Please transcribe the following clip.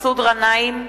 מסעוד גנאים,